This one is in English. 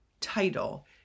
title